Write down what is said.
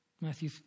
Matthew